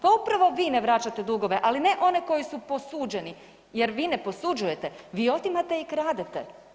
Pa upravo vi ne vraćate dugove ali ne koji su posuđeni jer vi ne posuđujete, vi otimate i kradete.